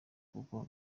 kuko